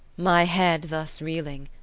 my head thus reeling,